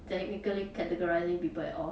technically categorising people at all